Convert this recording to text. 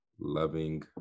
Loving